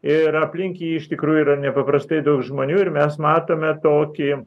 ir aplink jį iš tikrųjų yra nepaprastai daug žmonių ir mes matome tokį